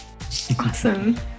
awesome